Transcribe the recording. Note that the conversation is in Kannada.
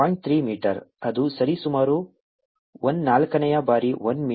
3 ಮೀಟರ್ ಅದು ಸರಿಸುಮಾರು 1 ನಾಲ್ಕನೇ ಬಾರಿ 1 ಮೀಟರ್